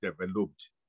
developed